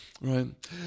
Right